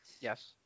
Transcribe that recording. Yes